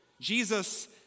Jesus